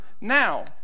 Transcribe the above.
now